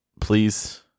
please